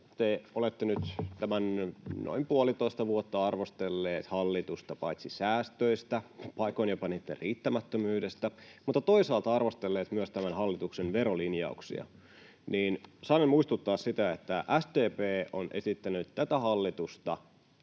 te olette nyt tämän noin puolitoista vuotta arvostelleet hallitusta paitsi säästöistä, paikoin jopa niitten riittämättömyydestä, mutta toisaalta arvostelleet myös tämän hallituksen verolinjauksia, niin saanen muistuttaa siitä, että SDP on esittänyt tätä hallitusta